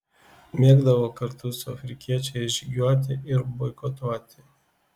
mėgdavo kartu su afrikiečiais žygiuoti ir boikotuoti